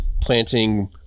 planting